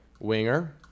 Winger